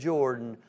Jordan